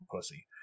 pussy